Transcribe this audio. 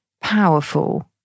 powerful